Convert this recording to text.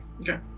Okay